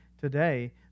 today